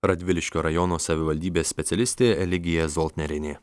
radviliškio rajono savivaldybės specialistė eligija zoltnerienė